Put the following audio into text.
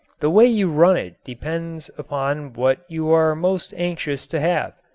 the way you run it depends upon what you are most anxious to have.